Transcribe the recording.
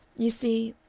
you see,